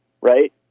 right